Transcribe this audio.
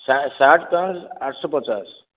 shirt shirt pant ଆଠ ଶହ ପଚାଶ